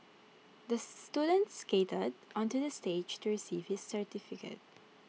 the student skated onto the stage to receive his certificate